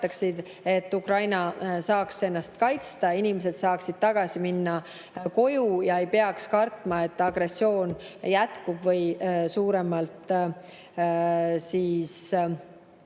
et Ukraina saaks ennast kaitsta, inimesed saaksid tagasi koju minna ega peaks kartma, et agressioon jätkub või veelgi